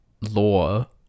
law